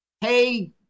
hey